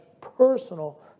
personal